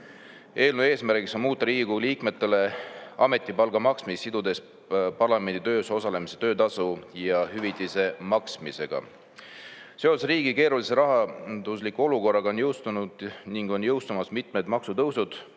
Eelnõu eesmärgiks on muuta Riigikogu liikmetele ametipalga maksmist, sidudes parlamendi töös osalemine töötasu ja hüvitise maksmisega. Seoses riigi keerulise rahandusliku olukorraga on jõustunud ning on jõustumas mitmed maksutõusud,